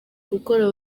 gukora